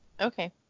Okay